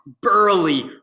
burly